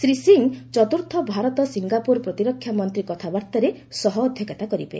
ଶ୍ରୀ ସିଂହ ଚତୁର୍ଥ ଭାରତ ସିଙ୍ଗାପୁର ପ୍ରତିରକ୍ଷା ମନ୍ତ୍ରୀ କଥାବାର୍ତ୍ତାରେ ସହ ଅଧ୍ୟକ୍ଷତା କରିବେ